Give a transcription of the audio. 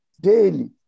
daily